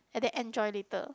and they enjoy later